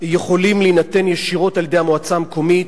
יכולים להינתן ישירות על-ידי המועצה המקומית,